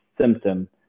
symptom